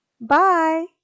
Bye